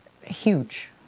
huge